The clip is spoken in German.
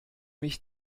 mich